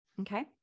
Okay